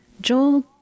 Joel